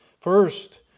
First